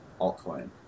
altcoin